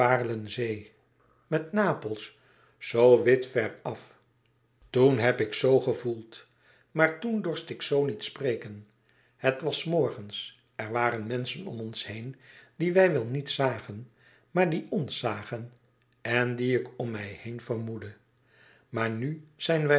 zee met napels zoo wit ver af toen heb ik zoo gevoeld maar toen dorst ik zoo niet spreken het was s morgens er waren menschen om ons heen die wij wel niet zagen maar die ons zagen en die ik om mij heen vermoedde maar nu zijn wij